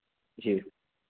जी